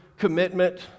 Commitment